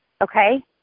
Okay